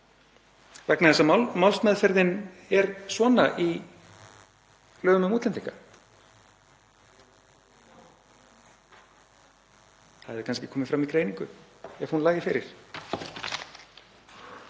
vegna þess að málsmeðferðin er svona í lögum um útlendinga? Það hefði kannski komið fram í greiningu ef hún lægi fyrir.